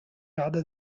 rather